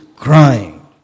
Crying